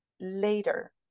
later